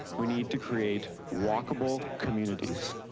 we need to create walkable communities.